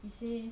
we say